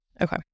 Okay